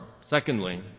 secondly